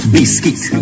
Biscuit